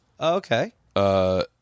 Okay